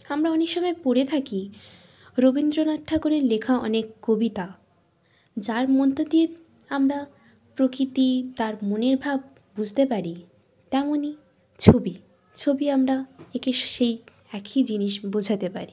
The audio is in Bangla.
আমরা অনেক সময় পড়ে থাকি রবীন্দ্রনাথ ঠাকুরের লেখা অনেক কবিতা যার মধ্যে দিয়ে আমরা প্রকৃতি তার মনের ভাব বুঝতে পারি তেমনই ছবি ছবি আমরা এঁকে সেই একই জিনিস বোঝাতে পারি